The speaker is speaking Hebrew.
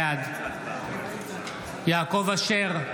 בעד יעקב אשר,